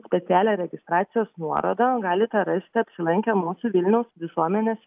specialią registracijos nuorodą galite rasti apsilankę mūsų vilniaus visuomenės